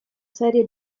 serie